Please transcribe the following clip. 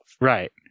Right